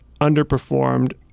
underperformed